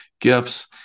gifts